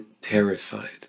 terrified